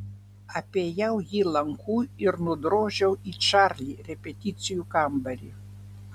apėjau jį lanku ir nudrožiau į čarli repeticijų kambarį